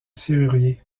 serrurier